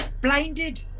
blinded